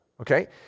Okay